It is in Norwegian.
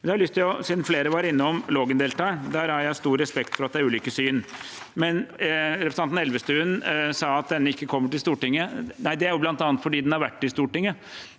Siden flere var innom Lågendeltaet: Der har jeg stor respekt for at det er ulike syn. Representanten Elvestuen sa at dette ikke kommer til Stortinget, men det er bl.a. fordi det har vært i Stortinget,